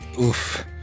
Oof